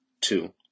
Two